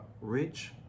rich